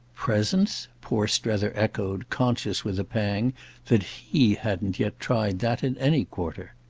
presents? poor strether echoed, conscious with a pang that he hadn't yet tried that in any quarter.